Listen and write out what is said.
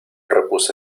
repuse